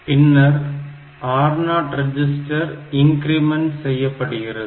பின்னர் R0 register increment செய்யப்படுகிறது